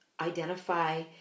identify